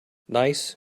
nice